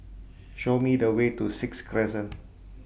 Show Me The Way to Sixth Crescent